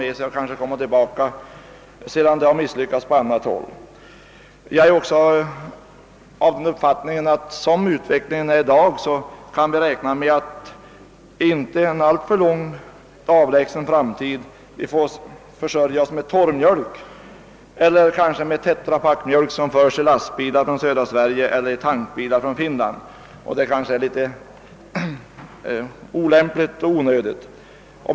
Misslyckas de sedan på annat håll måste de kanske ändå komma åter till bygden. Jag har också den uppfattningen att sådan utvecklingen är i dag måste vi räkna med att i en inte alltför avlägsen framtid tvingas försörja oss med torrmjölk eller kanske med mjölk i tetrapak, som förs i lastbilar från södra Sverige, eller mjölk i tankbilar från Finland. Detta vore emellertid enligt min mening både olämpligt och onödigt. Herr talman!